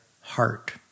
heart